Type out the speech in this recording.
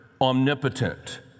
omnipotent